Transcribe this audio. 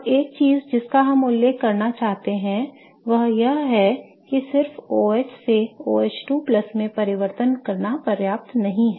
अब एक चीज जिसका हम उल्लेख करना चाहते हैं वह यह है कि सिर्फ OH से OH2 में परिवर्तित करना ही पर्याप्त नहीं है